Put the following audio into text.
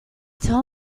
tell